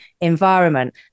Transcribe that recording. environment